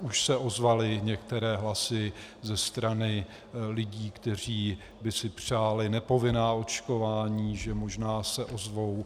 Už se ozvaly některé hlasy ze strany lidí, kteří by si přáli nepovinná očkování, že možná se ozvou.